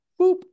boop